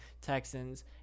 Texans